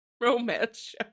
romance